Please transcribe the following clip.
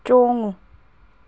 ꯆꯣꯡꯉꯨ